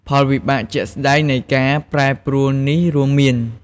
ផលវិបាកជាក់ស្តែងនៃការប្រែប្រួលនេះរួមមាន៖